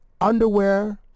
underwear